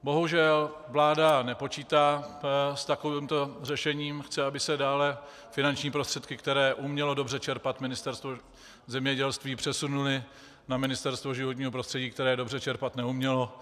Bohužel vláda nepočítá s takovýmto řešením Chce, aby se dále finanční prostředky, které umělo dobře čerpat Ministerstvo zemědělství, přesunuly na Ministerstvo životního prostředí, které je dobře čerpat neumělo.